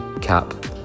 cap